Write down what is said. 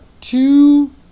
two